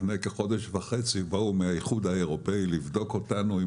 לפני כחודש וחצי באו מהאיחוד האירופי לבדוק אותנו אם